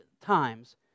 times